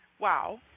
wow